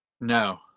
No